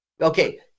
okay